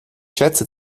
schätze